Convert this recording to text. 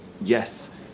yes